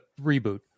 reboot